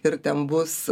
ir ten bus